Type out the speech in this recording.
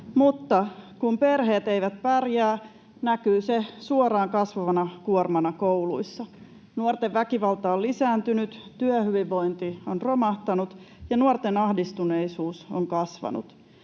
Mutta kun perheet eivät pärjää, näkyy se suoraan kasvavana kuormana kouluissa. Nuorten väkivalta on lisääntynyt, työhyvinvointi on romahtanut, ja nuorten ahdistuneisuus on kasvanut.